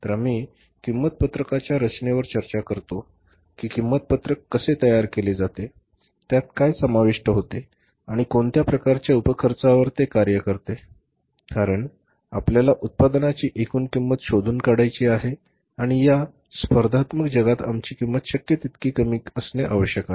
तर आम्ही किंमत पत्रकाच्या रचनेवर चर्चा करतो की किंमत पत्रक कसे तयार केले जाते त्यात काय समाविष्ट होते आणि कोणत्या प्रकारच्या उप खर्चावर ते कार्य करते कारण आपल्याला उत्पादनाची एकूण किंमत शोधून काढायाची आहे आणि या स्पर्धात्मक जगात आमची किंमत शक्य तितकी कमी असणे आवश्यक आहे